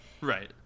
Right